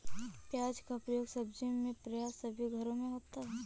प्याज का प्रयोग सब्जी में प्राय सभी घरों में होता है